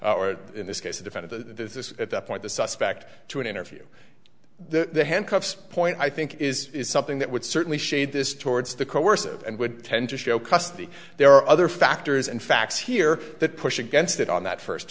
in this case to defend the at that point the suspect to an interview the handcuffs point i think is something that would certainly shade this towards the coercive and would tend to show custody there are other factors and facts here that push against it on that first